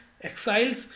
exiles